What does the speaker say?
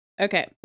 Okay